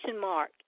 mark